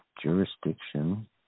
jurisdiction